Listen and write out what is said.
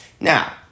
Now